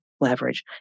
leverage